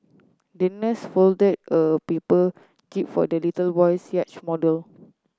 the nurse folded a paper jib for the little boy's yacht model